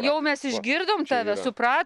jau mes išgirdom tave supra